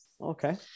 Okay